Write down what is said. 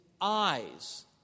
eyes